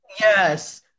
Yes